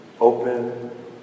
open